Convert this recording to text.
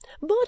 But